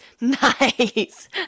nice